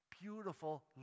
beautiful